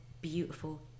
beautiful